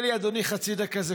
אדוני, תן לי חצי דקה.